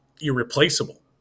irreplaceable